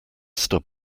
stub